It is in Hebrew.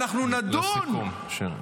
לסיכום.